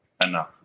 Enough